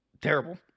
terrible